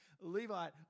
Levite